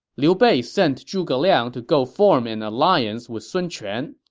liu bei sent zhuge liang to go form an alliance with sun quan.